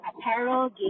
apparel